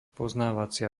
poznávacia